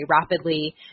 rapidly